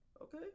Okay